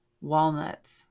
Walnuts